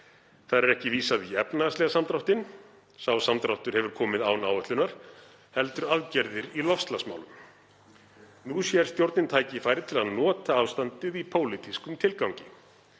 Þar er ekki vísað í efnahagslega samdráttinn, sá samdráttur hefur komið án áætlunar, heldur aðgerðir í loftslagsmálum. Nú sér stjórnin tækifæri til að nota ástandið í pólitískum tilgangi